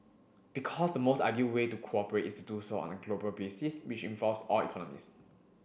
because the most ideal way to cooperate is to do so on a global basis which involves all economies